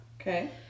Okay